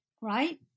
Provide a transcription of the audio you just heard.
right